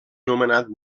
nomenat